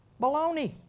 Baloney